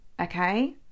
okay